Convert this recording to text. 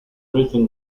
rhythm